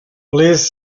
please